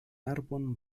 arbon